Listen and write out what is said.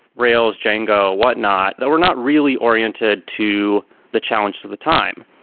rails, django, whatnot, that were not really oriented to the challenges of the time.